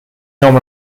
nam